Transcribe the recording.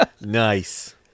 Nice